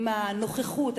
עם הנוכחות?